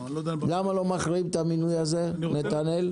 למה לא מכריעים את המינוי הזה, נתנאל?